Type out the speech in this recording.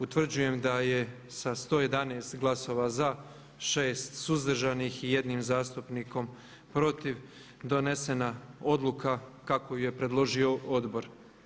Utvrđujem da je sa 111 glasova za, 6 suzdržanih i 1 zastupnikom protiv donesena odluka kako ju je predložio Odbor.